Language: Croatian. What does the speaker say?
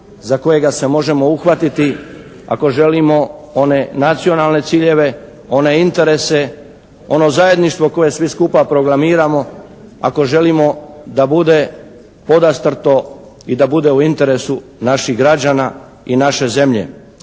za kojega se možemo uhvatiti ako želimo one nacionalne ciljeve, one interese, ono zajedništvo koje svi skupa programiramo ako želimo da bude podastrto i da bude u interesu naših građana i naše zemlje